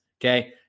Okay